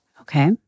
Okay